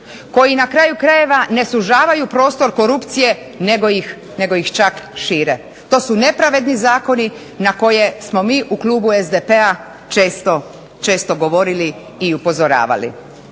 koji na kraju krajeva ne sužavaju prostor korupcije nego ih čak šire. To su nepravedni zakoni na koje smo mi u klubu SDP-a često govorili i upozoravali.